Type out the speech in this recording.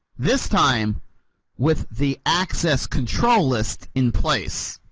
this time with the access control list in place.